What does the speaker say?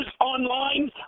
online